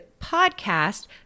podcast